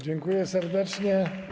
Dziękuję serdecznie.